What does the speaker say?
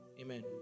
Amen